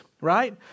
right